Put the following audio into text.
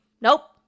nope